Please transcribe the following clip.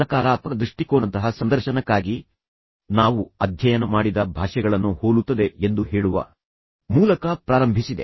ಸಕಾರಾತ್ಮಕ ದೃಷ್ಟಿಕೋನದಂತಹ ಸಂದರ್ಶನಕ್ಕಾಗಿ ನಾವು ಅಧ್ಯಯನ ಮಾಡಿದ ಭಾಷೆಗಳನ್ನು ಹೋಲುತ್ತದೆ ಎಂದು ಹೇಳುವ ಮೂಲಕ ಪ್ರಾರಂಭಿಸಿದೆ